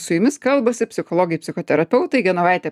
su jumis kalbasi psichologai psichoterapeutai genovaitė